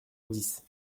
dix